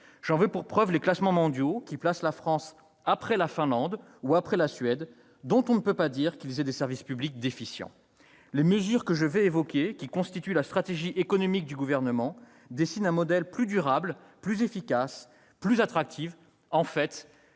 J'en veux pour preuve que les classements mondiaux placent la France après la Finlande ou la Suède, pays dont on ne peut pas dire qu'ils aient des services publics déficients. Les mesures qui constituent la stratégie économique du Gouvernement dessinent un modèle plus durable, plus efficace, plus attractif- en fait,